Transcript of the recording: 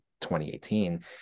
2018